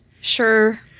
sure